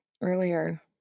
earlier